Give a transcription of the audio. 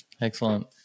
Excellent